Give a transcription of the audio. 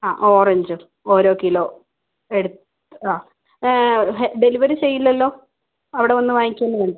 അ ഓറഞ്ചും ഓരോ കിലോ എടുത്തൊ ഡെലിവറി ചെയില്ലല്ലൊ അവിടെവന്ന് വാങ്ങിക്കുകയല്ലേ വേണ്ടത്